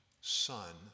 son